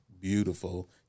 beautiful